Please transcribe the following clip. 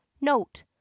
note